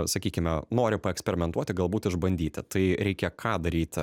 sakykime nori paeksperimentuoti galbūt išbandyti tai reikia ką daryti